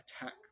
attack